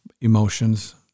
emotions